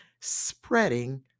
spreading